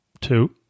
Two